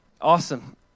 Awesome